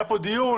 היו כאן דיון,